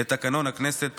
לתקנון הכנסת.